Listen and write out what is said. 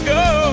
go